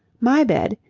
my bed.